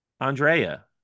Andrea